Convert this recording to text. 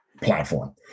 platform